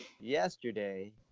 yesterday